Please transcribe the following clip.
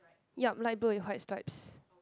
yup light blue with white stripes